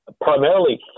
Primarily